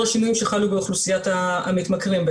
השינויים שחלו באוכלוסיית המתמכרים.